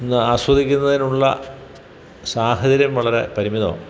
ന്ന ആസ്വദിക്കുന്നതിനുള്ള സാഹചര്യം വളരെ പരിമിതമാണ്